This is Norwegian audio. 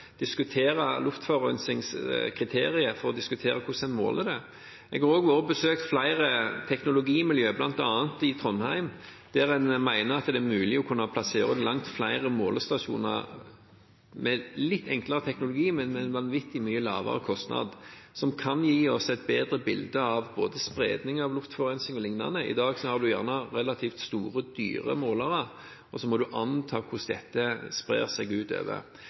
diskutere luftforurensingskriterier og hvordan en måler det. Jeg har også besøkt flere teknologimiljø, bl.a. i Trondheim, der en mener at det er mulig å kunne plassere ut langt flere målestasjoner med en litt enklere teknologi, men med en vanvittig mye lavere kostnad, som kan gi oss et bedre bilde av både spredning av luftforurensing og liknende. I dag har en gjerne relativt store og dyre målere, og så må en anta hvordan dette sprer seg utover.